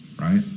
right